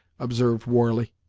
observed warley,